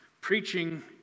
preaching